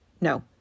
No